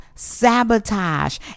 sabotage